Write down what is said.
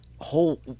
Whole